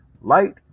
Light